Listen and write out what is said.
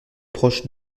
proche